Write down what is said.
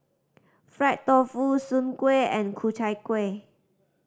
fried tofu Soon Kuih and Ku Chai Kueh